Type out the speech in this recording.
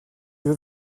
veux